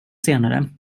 senare